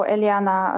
Eliana